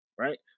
right